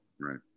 Right